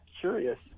curious